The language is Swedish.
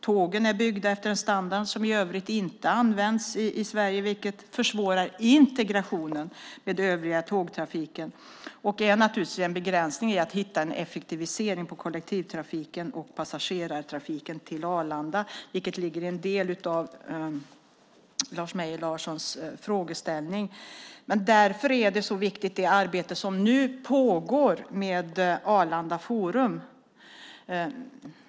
Tågen är byggda enligt en standard som i övrigt inte används i Sverige, vilket försvårar integrationen med övrig tågtrafik. Detta är naturligtvis en begränsning när det gäller att hitta en effektivisering av kollektiv och passagerartrafiken till Arlanda, vilket fanns med som en del av Lars Mejern Larssons frågeställning. Därför är det så viktigt med det arbete som nu pågår med Arlanda Forum.